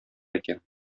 икән